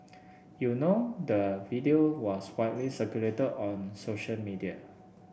you know the video was widely circulated on social media